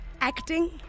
Acting